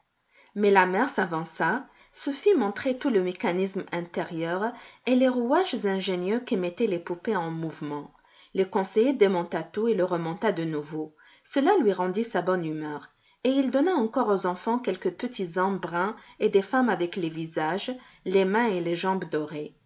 mais la mère s'avança se fit montrer tout le mécanisme intérieur et les rouages ingénieux qui mettaient les poupées en mouvement le conseiller démonta tout et le remonta de nouveau cela lui rendit sa bonne humeur et il donna encore aux enfants quelques petits hommes bruns et des femmes avec les visages les mains et les jambes dorés